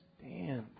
stand